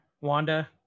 wanda